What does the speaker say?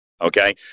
Okay